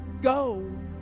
go